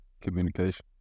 Communication